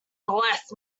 bless